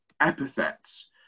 epithets